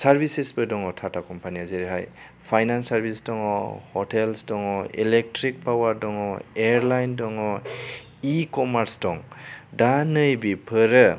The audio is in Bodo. सारभिसिसबो दङ टाटा कम्पानीया जेरैहाय फाइनान्स सारभिस दङ ह'टेलस दङ इलेक्ट्रिक पावार दङ एयारलाइन दङ इ कमार्स दं दा नै बेफोरो